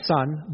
son